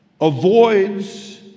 avoids